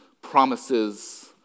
promises